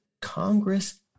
Congress